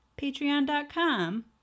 Patreon.com